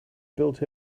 built